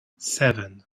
seven